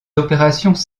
opérations